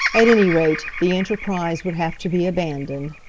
at any rate, the enterprise would have to be abandoned.